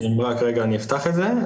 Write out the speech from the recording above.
שנייה אפתח את זה.